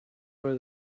where